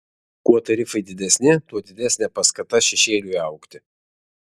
kuo tarifai didesni tuo didesnė paskata šešėliui augti